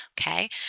Okay